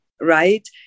Right